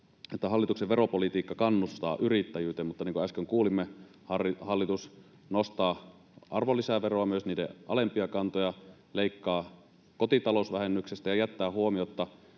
että hallituksen veropolitiikka kannustaa yrittäjyyteen. Mutta niin kuin äsken kuulimme, hallitus nostaa arvonlisäveroa, myös niitä alempia kantoja, leikkaa kotitalousvähennyksestä ja jättää huomiotta